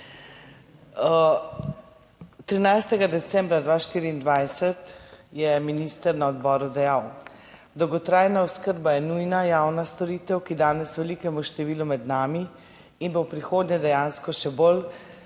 13. decembra 2024 je minister na odboru dejal: »Dolgotrajna oskrba je nujna javna storitev, ki danes velikemu številu med nami in bo v prihodnje dejansko še bolj